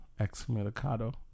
Excommunicado